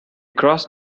crossed